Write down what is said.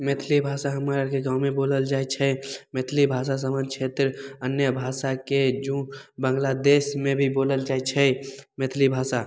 मैथिली भाषा हमर आरके गाँवमे बोलल जाइत छै मैथिली भाषा से हमर छेत्र अन्य भाषाके जू बांग्लादेशमे भी बोलल जाइत छै मैथिली भाषा